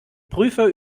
prüfer